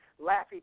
Laffy